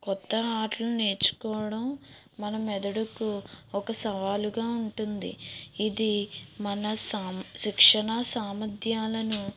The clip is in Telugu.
కొత్త ఆటలు నేర్చుకోవడం మన మెదడుకు ఒక సవాలుగా ఉంటుంది ఇది మన సాం శిక్షణ సామర్థ్యాలను